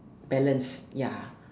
balance ya